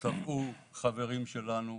תבעו חברים שלנו,